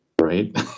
right